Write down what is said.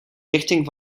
richting